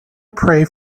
pray